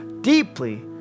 deeply